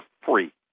free